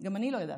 גם אני לא ידעתי,